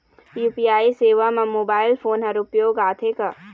UPI सेवा म mobile phone हर उपयोग आथे का?